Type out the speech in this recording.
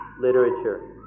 literature